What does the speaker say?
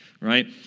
right